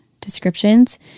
descriptions